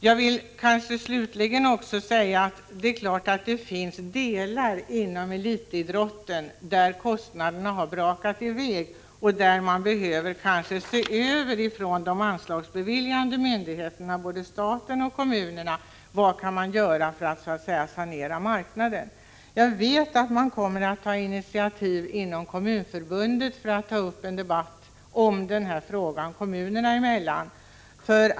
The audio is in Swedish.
Jag vill slutligen säga att det givetvis finns delar inom elitidrotten där kostnaderna har rasat iväg och där de anslagsbeviljande myndigheterna — inom både staten och kommunerna — kanske behöver se över vad som kan göras för att så att säga sanera marknaden. Jag vet att det inom Kommunförbundet kommer att tas initiativ till en debatt om frågan kommunerna emellan.